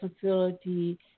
facility